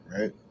right